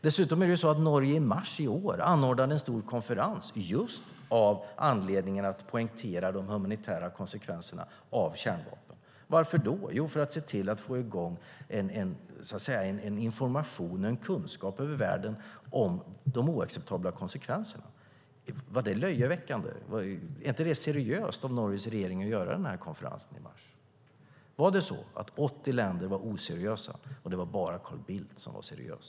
Dessutom anordnade Norge i mars i år en stor konferens just för att poängtera de humanitära konsekvenserna av kärnvapen. Varför då? Jo, för att se till att sprida information och kunskap över världen om de oacceptabla konsekvenserna? Var det löjeväckande? Var det inte seriöst av Norges regering att anordna den här konferensen i mars? Var det så att 80 länder var oseriösa, och det var bara Carl Bildt som var seriös?